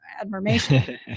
admiration